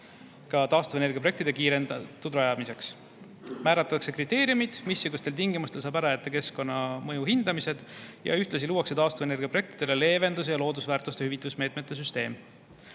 taastuvenergia projektide kiirendatud rajamiseks. Määratletakse kriteeriumid, missugustel tingimustel saab ära jätta keskkonnamõju hindamised, ja ühtlasi luuakse taastuvenergia projektide jaoks leevenduse ja loodusväärtuste hüvitamise meetmete süsteem.